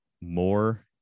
more